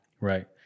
right